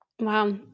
Wow